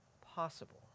possible